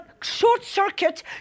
short-circuit